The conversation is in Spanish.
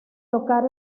tocar